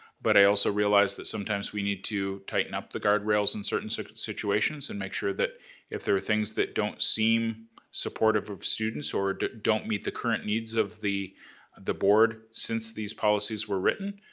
but i also realize that sometimes we need to tighten up the guardrails in certain situations and make sure that if there are things that don't seem supportive of students or don't meet the current needs of the the board, since these policies were written,